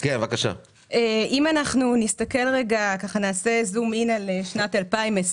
אם אנחנו נסתכל, נעשה זום-אין על שנת 2020